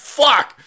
fuck